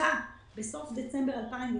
בסוף דצמבר 2019